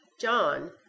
John